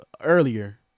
earlier